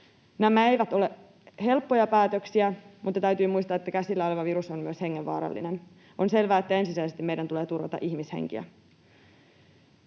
Nämä eivät ole helppoja päätöksiä, mutta täytyy muistaa, että käsillä oleva virus on myös hengenvaarallinen. On selvää, että ensisijaisesti meidän tulee turvata ihmishenkiä.